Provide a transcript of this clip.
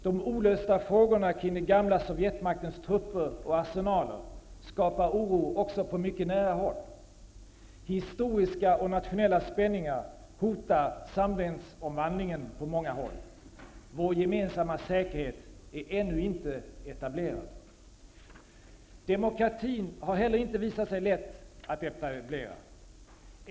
De olösta frågorna kring den gamla sovjetmaktens trupper och arsenaler skapar oro också på mycket nära håll. Historiska och nationella spänningar hotar på många håll samhällsomvandlingen. Vår gemensamma säkerhet är ännu inte etablerad. Demokratin har inte heller visat sig lätt att etablera.